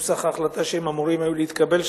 את אירן בנוסח ההחלטה שהם אמורים היו לקבל.